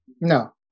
No